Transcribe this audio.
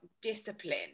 discipline